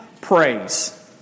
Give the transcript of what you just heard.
Praise